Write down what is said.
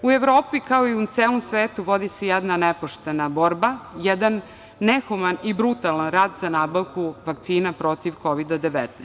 U Evropi, kao i u celom svetu, vodi se jedna nepoštena borba, jedan nehuman i brutalan rad za nabavku vakcina protiv Kovida 19.